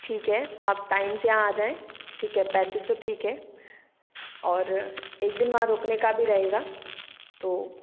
ठीक है आप टाइम से यहाँ आ जाएं ठीक है पैंतीस सौ ठीक है और एक दिन वहाँ रुकने का भी रहेगा तो